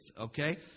okay